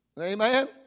Amen